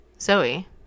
Zoe